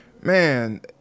man